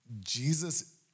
Jesus